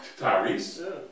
Tyrese